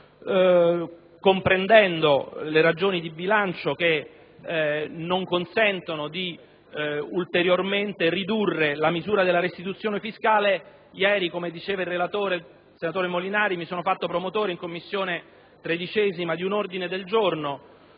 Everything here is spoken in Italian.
Comprendendo le ragioni di bilancio che non consentono di ridurre ulteriormente la misura della restituzione fiscale, ieri, come ha detto il relatore senatore Molinari, mi sono fatto promotore in 13a Commissione di un ordine del giorno